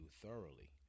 thoroughly